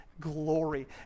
glory